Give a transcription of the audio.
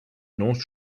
north